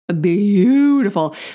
beautiful